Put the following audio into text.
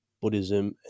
Buddhism